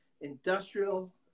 industrial